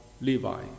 Levi